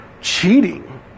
Cheating